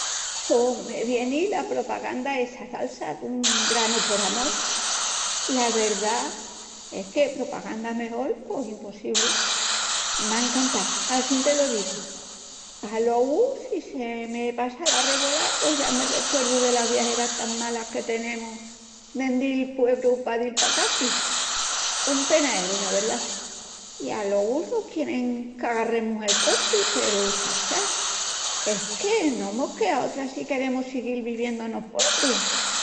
Pos me vieni la propaganda essa d'ALSA dun branu por amol. La verdá es que propaganda mejol pos impossibli. M'á encantau, assín te lo digu. Alogu, si me passa la revolá pos ya me recuerdu delas viajeras tan malas que tenemus dendi'l puebru pa dil pa Caçris. Un penaeru, la verdá, i alogu no quierin qu'agarremus el cochi pero, chacha, es que no mos quea otra si queremus siguil viviendu enos puebrus.